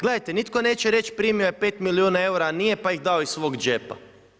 Gledajte, nitko neće reći primjer 5 milijuna eura nije, pa ih dao iz svog džepa.